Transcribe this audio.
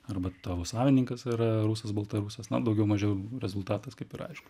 arba tavo savininkas yra rusas baltarusas na daugiau mažiau rezultatas kaip ir aiškus